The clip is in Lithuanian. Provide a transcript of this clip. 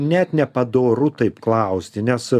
net nepadoru taip klausti nes